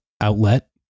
outlet